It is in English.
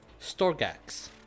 Storgax